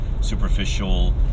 superficial